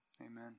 amen